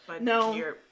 No